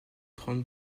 trente